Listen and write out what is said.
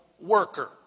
worker